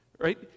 Right